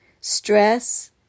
Stress